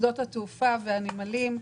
שדות תעופה ונמלים.